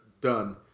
Done